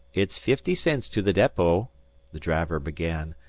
it's fifty cents to the depot the driver began,